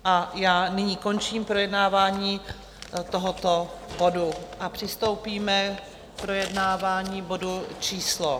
A já nyní končím projednávání tohoto bodu a přistoupíme k projednávání bodu číslo